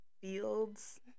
fields